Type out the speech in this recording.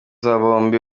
bombi